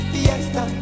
Fiesta